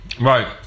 Right